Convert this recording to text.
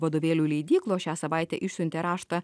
vadovėlių leidyklos šią savaitę išsiuntė raštą